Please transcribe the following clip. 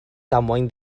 damwain